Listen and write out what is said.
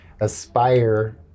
Aspire